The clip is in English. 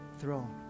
throne